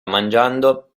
mangiando